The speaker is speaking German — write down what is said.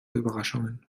überraschungen